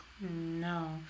No